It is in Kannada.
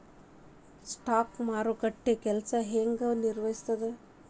ಸ್ಟಾಕ್ ಮಾರುಕಟ್ಟೆ ಕೆಲ್ಸ ಹೆಂಗ ನಿರ್ವಹಿಸ್ತದ